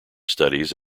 studies